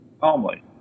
Calmly